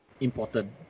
important